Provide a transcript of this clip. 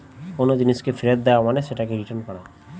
কোনো জিনিসকে ফেরত দেওয়া মানে সেটাকে রিটার্ন করা